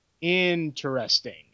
Interesting